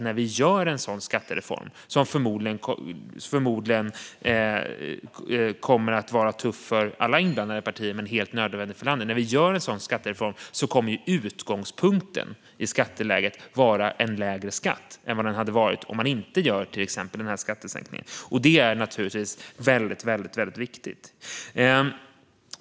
När vi gör en sådan skattereform - som förmodligen kommer att vara tuff för alla inblandade partier men helt nödvändig för landet - kommer utgångspunkten i skatteläget att vara en lägre skatt än vad den hade varit än om man inte gör till exempel den här skattesänkningen. Det är naturligtvis väldigt viktigt.